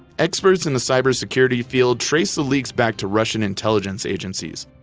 experts in the cybersecurity field traced the leaks back to russian intelligence agencies,